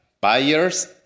buyers